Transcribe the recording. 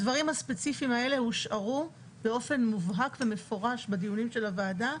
הדברים הספציפיים האלה הושארו באופן מובהק ומפורש בדיונים של הוועדה,